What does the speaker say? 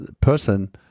person